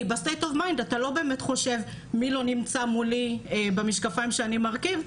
כי אתה לא באמת חושב מי לא נמצא מולי במשקפיים שאני מרכיב,